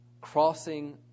crossing